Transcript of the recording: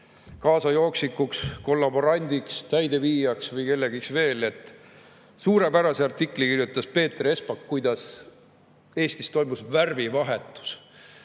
kaasajooksikuks, kollaborandiks, täideviijaks või kellekski veel. Suurepärase artikli kirjutas Peeter Espak, kuidas Eestis toimus värvivahetus.